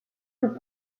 tout